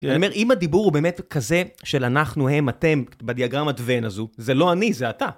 אם הדיבור הוא באמת כזה של אנחנו הם, אתם, בדיאגרמה וון הזו, זה לא אני, זה אתה.